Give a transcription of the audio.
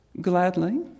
gladly